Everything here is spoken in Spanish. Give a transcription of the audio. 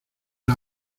las